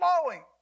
flowing